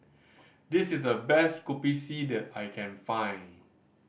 this is the best Kopi C that I can find